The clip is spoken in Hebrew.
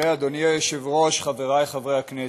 תראה, אדוני היושב-ראש, חבריי חברי הכנסת,